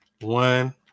One